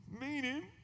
Meaning